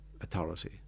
authority